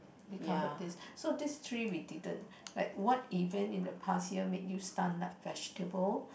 we covered this so these three we didn't like what event in the past ya made you stunned like vegetable